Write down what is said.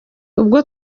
ubwo